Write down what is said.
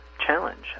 challenge